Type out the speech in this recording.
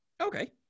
Okay